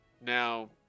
Now